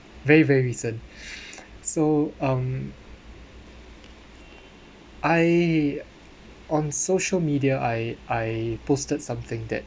very very recent so um I on social media I I posted something that